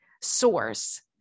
source